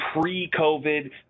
pre-COVID